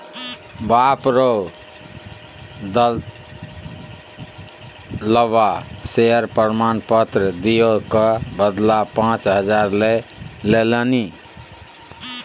बाप रौ ओ दललबा शेयर प्रमाण पत्र दिअ क बदला पाच हजार लए लेलनि